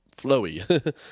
flowy